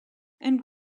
and